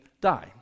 die